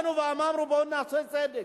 באנו ואמרנו: בואו נעשה צדק.